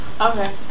Okay